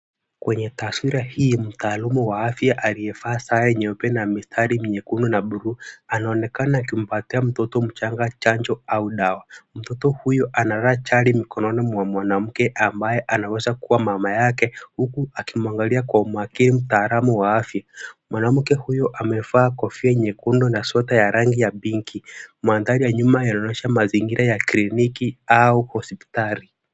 Kwenye taswira hii mtaaluma wa afya aliyevaa sare nyeupe na mistari nyekundu na buluu anaonekana akimpatia mtoto mchanga chanjo au dawa. Mtoto huyo analala chali mkononi mwa mwanamke ambaye anaweza kuwa mama yake huku akimwangalia kwa umakini mtaalam wa afya. Mwanamke huyu amevaa kofia nyekundu na sweta ya rangi ya pinki. Mandhari ya nyuma yanaonyesha mazingira ya kliniki au hospitali.